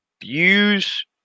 views